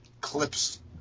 clips